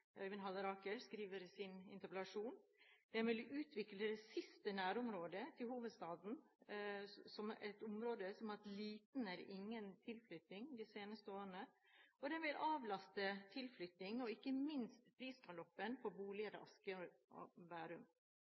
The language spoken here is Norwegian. Øyvind Halleraker skriver i sin interpellasjon. Den vil utvikle det siste nærområdet til hovedstaden som har hatt liten eller ingen tilflytting de seneste årene. Og den vil avlaste tilflyttingen til Asker og Bærum og ikke minst prisgaloppen på